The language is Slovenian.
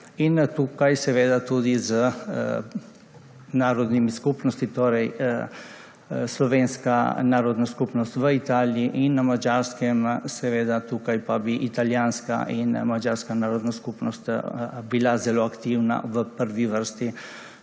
in tukaj seveda tudi z narodnimi skupnostmi, torej s slovensko narodno skupnostjo v Italiji in na Madžarskem, tukaj pa bi italijanska in madžarska narodna skupnost bili zelo aktivni v prvi vrsti,